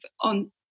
on